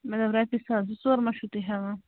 مےٚ دوٚپ روپیہِ ساس زٕ ژور ما چھُو تُہۍ ہٮ۪وان